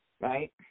right